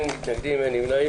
מי נמנע?